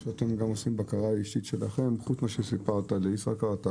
או שאתם גם עושים בקרה אישית שלכם חוץ ממה שסיפרת על ישראכרט,